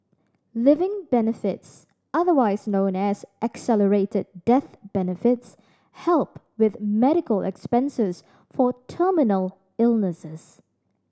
living benefits otherwise known as accelerated death benefits help with medical expenses for terminal illnesses